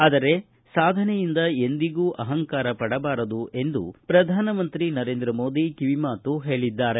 ಆದರೆ ಸಾಧನೆಯಿಂದ ಎಂದಿಗೂ ಅಹಂಕಾರ ಪಡಬಾರದು ಎಂದು ಪ್ರಧಾನ ಮಂತ್ರಿ ನರೇಂದ್ರ ಮೋದಿ ಕಿವಿಮಾತು ಹೇಳದ್ದಾರೆ